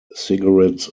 cigarettes